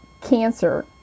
cancer